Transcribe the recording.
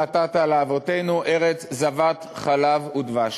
נתתה לנו כאשר נשבעת לאבֹתינו ארץ זבת חלב ודבש".